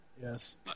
Yes